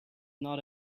not